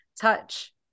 touch